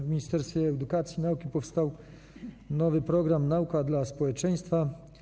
W Ministerstwie Edukacji i Nauki powstał nowy program „Nauka dla społeczeństwa”